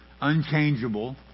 unchangeable